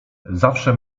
zawsze